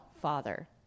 Father